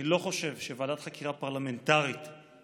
אני לא חושב שוועדת חקירה פרלמנטרית היא